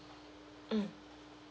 mm